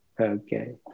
Okay